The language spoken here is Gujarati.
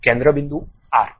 કેન્દ્ર બિંદુ આર્ક